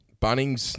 Bunnings